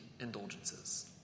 Indulgences